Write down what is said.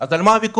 אז על מה הוויכוח?